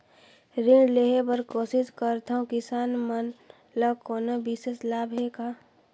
ऋण लेहे बर कोशिश करथवं, किसान मन ल कोनो विशेष लाभ हे का?